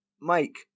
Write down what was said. Mike